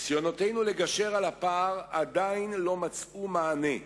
ניסיונותינו לגשר על הפער עדיין לא מצאו מענה,